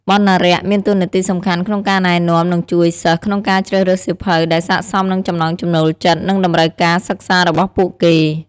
បណ្ណារក្សមានតួនាទីសំខាន់ក្នុងការណែនាំ និងជួយសិស្សក្នុងការជ្រើសរើសសៀវភៅដែលស័ក្តិសមនឹងចំណង់ចំណូលចិត្ត និងតម្រូវការសិក្សារបស់ពួកគេ។